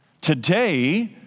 Today